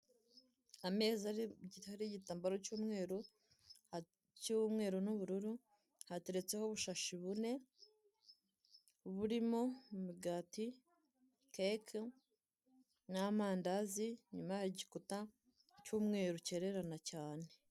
Ameza ariho igitambaro cy'umweru n'ubururu hateretseho ubushashi bune burimo imigati, keke n'amandazi n'igikuta cy'umweru kererana cyane.